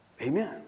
Amen